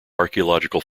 archaeological